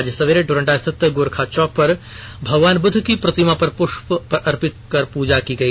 आज सबेरे डोरंडा स्थित गोरखा चौक पर भगवान बुद्ध की प्रतिमा पर पुष्प अर्पित कर पूजा की गई